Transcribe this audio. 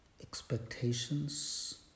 expectations